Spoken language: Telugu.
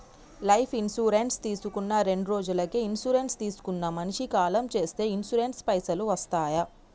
లైఫ్ ఇన్సూరెన్స్ తీసుకున్న రెండ్రోజులకి ఇన్సూరెన్స్ తీసుకున్న మనిషి కాలం చేస్తే ఇన్సూరెన్స్ పైసల్ వస్తయా?